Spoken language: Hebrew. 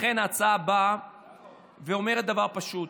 לכן ההצעה אומרת דבר פשוט: